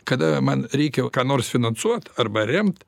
kada man reikia jau ką nors finansuot arba remt